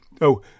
oh